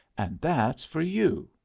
and that's for you.